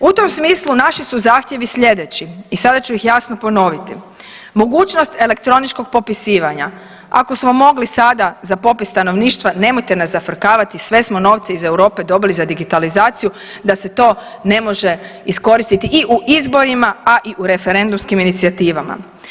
U tom smislu naši su zahtjevi sljedeći i sada ću ih jasno ponoviti, mogućnost elektroničkog popisivanja, ako smo mogli sada za popis stanovništva nemojte nas zafrkavati sve smo novce iz Europe dobili za digitalizaciju da se to ne može iskoristiti i u izborima, a i u referendumskim inicijativama.